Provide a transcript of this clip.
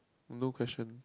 no question